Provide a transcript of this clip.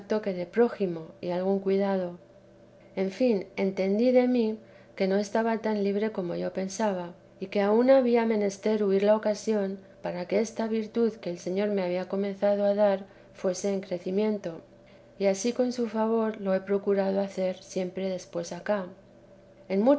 de prójimo y algún cuidado en fin entendí de mí que no estaba tan libre como yo pensaba y que aun había menester huir la ocasión para que esta virtud que el señor me había comenzado a dar fuese en crecimiento y ansí con su favor lo he procurado hacer siempre después acá en